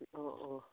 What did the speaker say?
অঁ অঁ